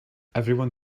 everyone